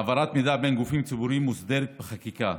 העברת מידע בין גופים ציבוריים מוסדרת בחקיקה,